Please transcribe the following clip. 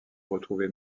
retrouvé